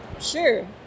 Sure